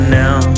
now